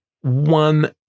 one